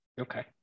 Okay